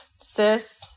sis